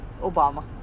Obama